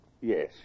yes